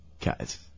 Guys